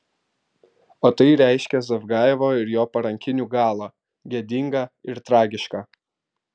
o tai reiškia zavgajevo ir jo parankinių galą gėdingą ir tragišką